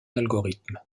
algorithme